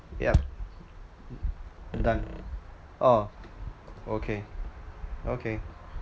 yeah I'm done orh okay okay